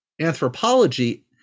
anthropology